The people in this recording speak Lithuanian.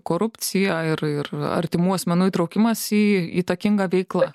korupcija ir ir artimų asmenų įtraukimas į įtakingą veiklą